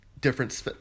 different